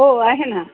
हो आहे ना